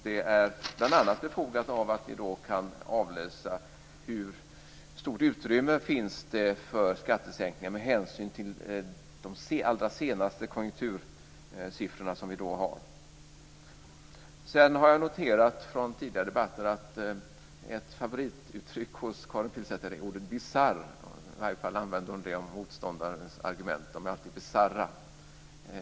Det är bl.a. befogat av att vi då kan avläsa hur stort utrymme det finns för skattesänkningar med hänsyn till de allra senaste konjunktursiffrorna som vi då har. Sedan har jag noterat från tidigare debatter att ordet "bisarr" är ett favorituttryck hos Karin Pilsäter. I varje fall använder hon det om motståndarens argument. De är alltid "bisarra".